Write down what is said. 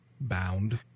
bound